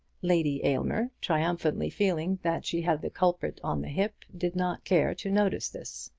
lady aylmer, triumphantly feeling that she had the culprit on the hip, did not care to notice this.